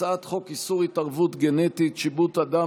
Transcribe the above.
הצעת חוק איסור התערבות גנטית (שיבוט אדם